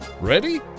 Ready